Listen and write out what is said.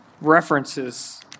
references